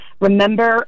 remember